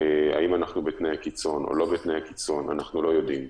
לשאלה האם אנחנו בתנאי קיצון או לא בתנאי קיצון אנחנו לא יודעים.